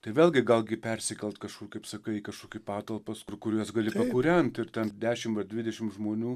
tai vėlgi gal gi persikelt kažkur kaip sakai į kažkokį patalpas kur kur juos gali kūrent ir ten dešimt ar dvidešimt žmonių